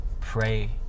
pray